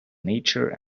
nature